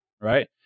right